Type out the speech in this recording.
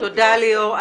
תודה, ליאור.